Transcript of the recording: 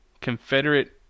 confederate